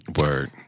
Word